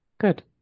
good